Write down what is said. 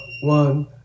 one